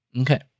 okay